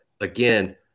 again